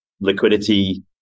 liquidity